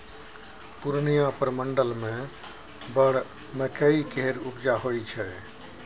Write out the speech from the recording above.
पूर्णियाँ प्रमंडल मे बड़ मकइ केर उपजा होइ छै